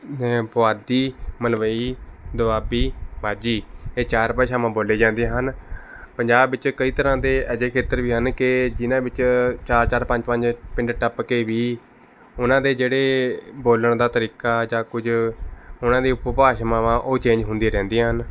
ਜਿਵੇਂ ਪੁਆਧੀ ਮਲਵਈ ਦੁਆਬੀ ਮਾਝੀ ਇਹ ਚਾਰ ਭਾਸ਼ਾਵਾਂ ਬੋਲੀਆਂ ਜਾਂਦੀਆਂ ਹਨ ਪੰਜਾਬ ਵਿੱਚ ਕਈ ਤਰ੍ਹਾਂ ਦੇ ਅਜਿਹੇ ਖੇਤਰ ਵੀ ਹਨ ਕਿ ਜਿਨ੍ਹਾਂ ਵਿੱਚ ਚਾਰ ਚਾਰ ਪੰਜ ਪੰਜ ਪਿੰਡ ਟੱਪ ਕੇ ਵੀ ਉਹਨਾਂ ਦੇ ਜਿਹੜੇ ਬੋਲਣ ਦਾ ਤਰੀਕਾ ਜਾਂ ਕੁਝ ਉਹਨਾਂ ਦੀ ਉਪਭਾਸ਼ਾਵਾਂ ਉਹ ਚੇਂਜ ਹੁੰਦੀਆਂ ਰਹਿੰਦੀਆਂ ਹਨ